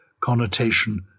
connotation